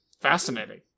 Fascinating